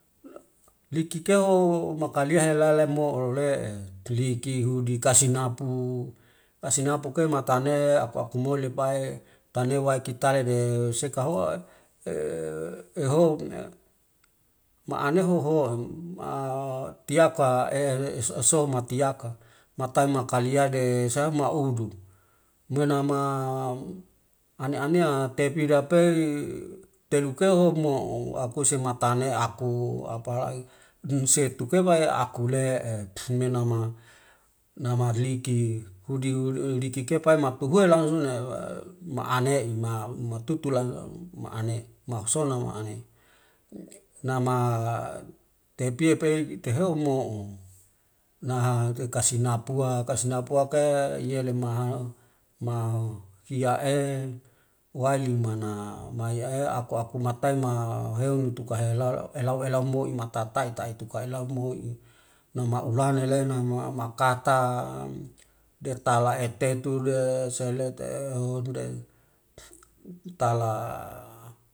Liki keo makalia hela lemo ule'e tlikihudi kasinapu, kasinapu ke matane aku akumole pae tane wai kitalede sekahoa ma ane hoho tiaka esoeso matiaka, mtaima kaliade samaudu moenama aneanea tepi dapei telukeo mo'o akuse matane aku apalai dunsetu kebi akule'e menama namliki hudi kekepai matuhue langsung ma ane'i ma matutulan ma anei mahusonu ma anei. Nama tepia pei tehou mo'o, na kekasi napua kasinpu ke yelema ma hia'e wali mana maye aku aku mataima heun tuka hela elau elua moi matatai tatuka elau moi, nama ulane le nama makata detala etetude seleteho tala.